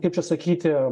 kaip čia sakyti